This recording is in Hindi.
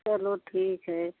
चलो ठीक है